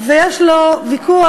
ויש לו ויכוח,